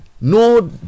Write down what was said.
no